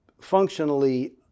functionally